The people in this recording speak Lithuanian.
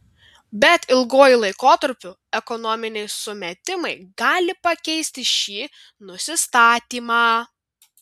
bet ilguoju laikotarpiu ekonominiai sumetimai gali pakeisti šį nusistatymą